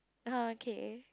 (uh huh) okay